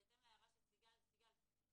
בהתאם להצעה של סיגל מרד לכתוב: